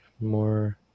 more